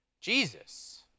Jesus